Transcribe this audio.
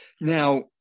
Now